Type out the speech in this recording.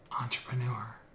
entrepreneur